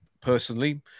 personally